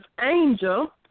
Angel